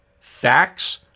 Facts